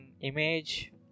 image